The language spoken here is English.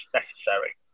necessary